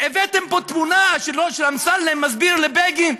הבאתם פה תמונה שאמסלם מסביר לבגין.